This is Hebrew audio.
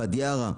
ואדי ערה,